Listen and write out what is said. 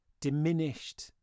diminished